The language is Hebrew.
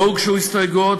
לא הוגשו הסתייגויות,